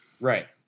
Right